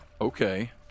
Okay